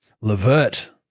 Levert